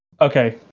Okay